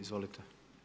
Izvolite.